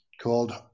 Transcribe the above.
called